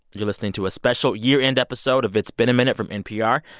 you're listening to a special year-end episode of it's been a minute from npr.